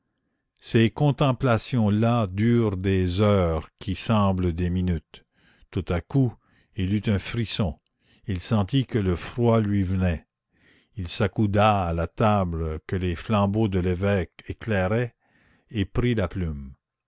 ces contemplations là durent des heures qui semblent des minutes tout à coup il eut un frisson il sentit que le froid lui venait il s'accouda à la table que les flambeaux de l'évêque éclairaient et prit la plume